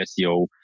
SEO